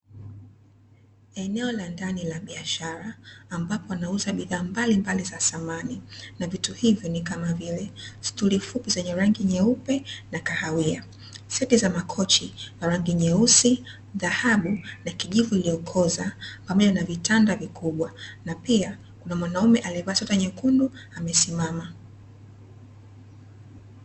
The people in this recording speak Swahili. Eneo la ndani la biashara, ambapo wanauza bidhaa mbalimbali za samani. Na vitu hivyo ni kama vile: stuli fupi zenye rangi nyeupe na kahawia, seti za makochi za rangi nyeusi, dhahabu, na kijivu iliyokooza, pamoja na vitanda vikubwa; na pia kuna mwanaume aliyevaa sweta nyekundu amesimama.